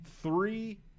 Three